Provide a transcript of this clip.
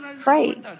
pray